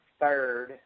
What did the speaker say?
third